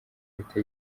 ahita